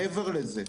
מעבר לזה,